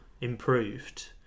improved